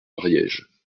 ariège